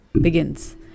begins